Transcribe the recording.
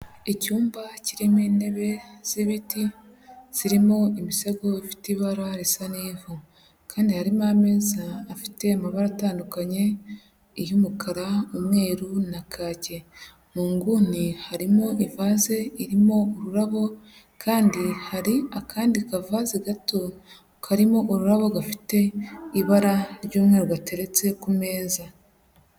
Icyumba kirimo intebe z'ibiti, zirimo imisego bifite ibara risa n'ivu. Kandi harimo ameza afite amabara atandukanye, iy'umukara, umweru na kacye. Mu nguni harimo ivaze irimo ururabo, kandi hari akandi kavaze gato, karimo ururabo gafite ibara ry'umweru gateretse ku meza.